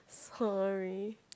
sorry